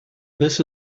this